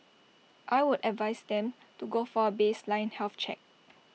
I would advise them to go for A baseline health check